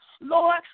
Lord